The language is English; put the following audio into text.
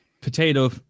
Potato